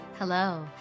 Hello